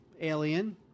Alien